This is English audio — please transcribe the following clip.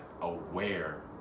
aware